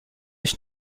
ich